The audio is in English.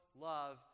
love